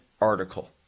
article